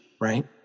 right